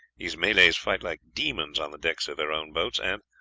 these malays fight like demons on the decks of their own boats, and,